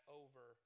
over